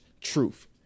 truth